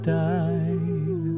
die